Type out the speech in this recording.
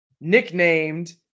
nicknamed